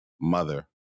mother